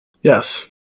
Yes